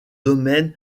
domaine